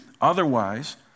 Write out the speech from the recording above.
otherwise